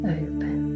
open